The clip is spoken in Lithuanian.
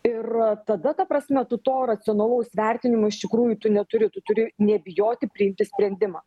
ir tada ta prasme tu to racionalaus vertinimo iš tikrųjų tu neturi tu turi nebijoti priimti sprendimą